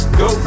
go